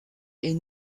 est